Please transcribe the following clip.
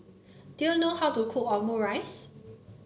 do you know how to cook Omurice